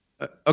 Okay